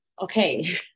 okay